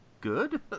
good